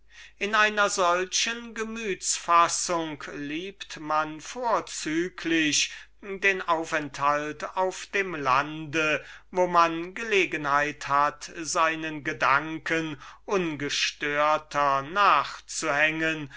in einer solchen gemüts disposition liebt man vorzüglich den aufenthalt auf dem lande wo man gelegenheit hat seinen gedanken ungestörter nachzuhängen